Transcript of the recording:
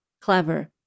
clever